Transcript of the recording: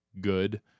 good